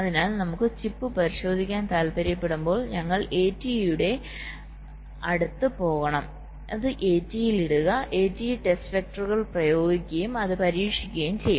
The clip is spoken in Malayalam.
അതിനാൽ നമുക്ക് ചിപ്പ് പരിശോധിക്കാൻ താൽപ്പര്യപ്പെടുമ്പോൾ ഞങ്ങൾ എടിഇയുടെ അടുത്തേക്ക് പോകണം അത് എടിഇയിൽ ഇടുക എടിഇ ടെസ്റ്റ് വെക്റ്ററുകൾ പ്രയോഗിക്കുകയും അത് പരീക്ഷിക്കുകയും ചെയ്യും